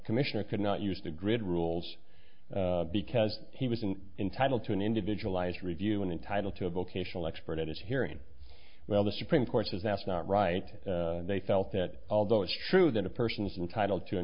commissioner could not use the grid rules because he was an entitled to an individualized review and entitled to a vocational expert at his hearing well the supreme court has asked not right they felt that although it's true that a person is entitled to